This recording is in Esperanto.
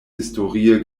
historie